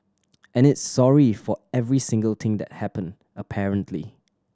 and it's sorry for every single thing that happened apparently